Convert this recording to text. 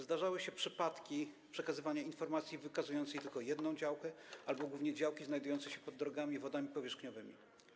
Zdarzały się przypadki przekazywania informacji wykazującej tylko jedną działkę albo głównie działki znajdujące się pod drogami i wodami powierzchniowymi.